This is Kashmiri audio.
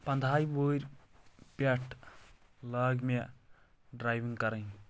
پَنٛدہاے وُہٕرۍ پٮ۪ٹھ لٲگۍ مےٚ ڈرٛایوِنٛگ کَرٕنۍ